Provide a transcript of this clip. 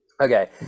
Okay